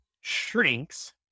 shrinks